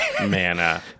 mana